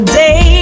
day